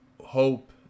hope